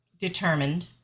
Determined